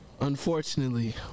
Unfortunately